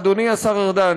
אדוני השר ארדן,